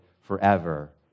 forever